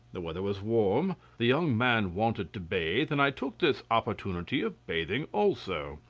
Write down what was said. the weather was warm. the young man wanted to bathe, and i took this opportunity of bathing also.